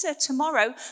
tomorrow